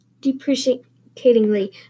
depreciatingly